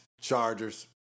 Chargers